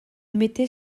mettait